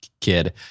kid